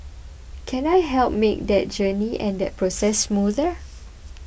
can I help make that journey and that process smoother